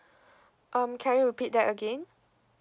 um can you repeat that again